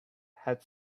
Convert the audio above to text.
had